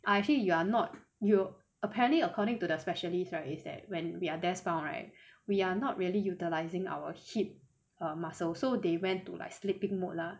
I actually you are not you apparently according to their specialist right is that when we are desk bound right we are not really utilizing our ship or muscle so they went to like sleeping mode lah